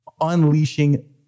unleashing